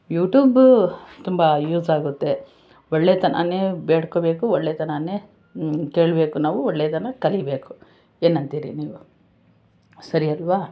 YouTube ತುಂಬ use ಆಗುತ್ತೆ ಒಳ್ಳೆಯತನನೇ ಬೇಡ್ಕೋಬೇಕು ಒಳ್ಳೆಯತನನೇ ಕೇಳಬೇಕು ನಾವು ಒಳ್ಳೆಯದನ್ನ ಕಲಿಬೇಕು ಏನಂತೀರಿ ನೀವು ಸರಿ ಅಲ್ವ